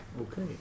Okay